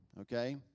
Okay